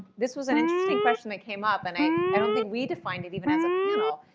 this was an interesting question that came up. and i i don't think we defined it even as a panel,